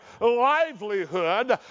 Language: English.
livelihood